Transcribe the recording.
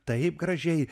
taip gražiai